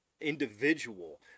individual